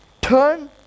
Turn